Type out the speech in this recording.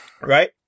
Right